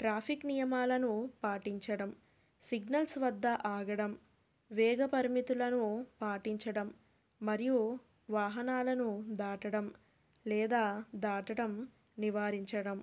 traffic నియమాలను పాటించడం signals వద్ద ఆగడం వేగ పరిమితులను పాటించడం మరియు వాహనాలను దాటడం లేదా దాటటం నివారించడం